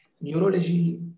neurology